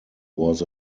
was